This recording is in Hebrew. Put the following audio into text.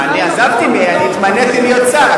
אני עזבתי, נתמניתי לשר.